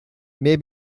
may